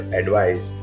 advice